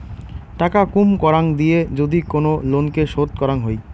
টাকা কুম করাং দিয়ে যদি কোন লোনকে শোধ করাং হই